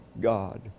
God